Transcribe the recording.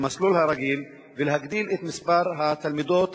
במסלול הרגיל ולהגדיל את מספר התלמידות,